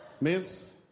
Miss